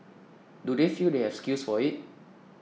do they feel they have skills for it